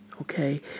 okay